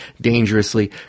dangerously